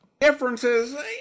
Differences